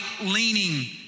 leaning